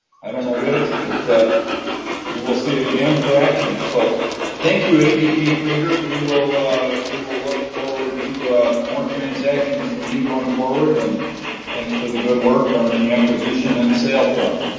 i don't know which but you will see it again for action. so thank you, avp krueger. we will we will look forward to more transactions from you going forward and thanks for the good work on the acquisition and sale front,